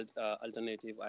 alternative